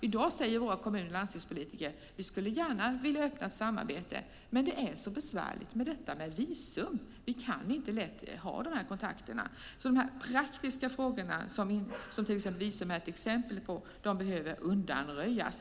I dag säger våra kommun och landstingspolitiker: Vi skulle gärna vilja öppna ett samarbete, men det är så besvärligt med visum att det inte längre går att ha de här kontakterna! De praktiska frågorna, som visum är ett exempel på, behöver undanröjas.